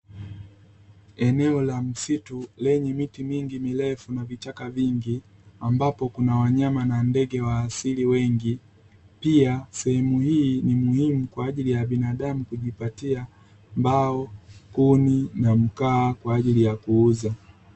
Eneo la msitu lenye miti mingi mirefu na vichaka vingi, ambapo kuna wanyama na ndege wa asili wengi, pia sehemu hii ni muhimu kwa ajili ya binadamu kujipatia mbao, kuni na mkaa kwa ajili ya kuuza.